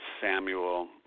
Samuel